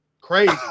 Crazy